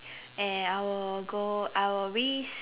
and I will go I will risk